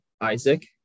Isaac